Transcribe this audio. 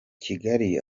kigali